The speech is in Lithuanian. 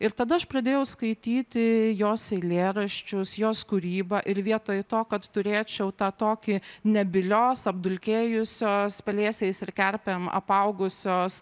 ir tada aš pradėjau skaityti jos eilėraščius jos kūrybą ir vietoj to kad turėčiau tą tokį nebylios apdulkėjusios pelėsiais ir kerpėm apaugusios